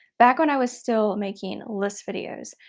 back when i was still making list videos.